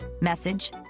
message